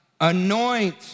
anoint